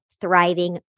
thriving